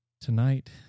Tonight